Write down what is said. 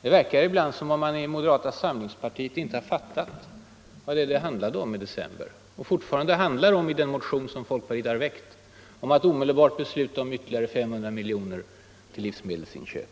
Det verkar ibland som om man i moderata samlingspartiet inte har fattat vad det handlade om i december och fortfarande handlar om i den motion som folkpartiet nu har väckt: att omedelbart besluta om 500 miljoner till livsmedelsinköp.